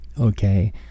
Okay